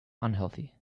unhealthy